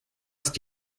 ist